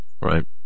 right